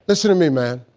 listen to me, man,